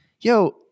yo